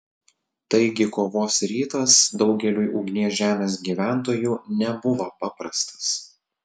taigi kovos rytas daugeliui ugnies žemės gyventojų nebuvo paprastas